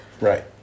Right